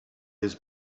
has